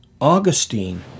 Augustine